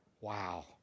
Wow